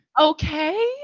Okay